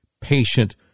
patient